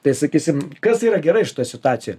tai sakysim kas yra gerai šitoj situacijoj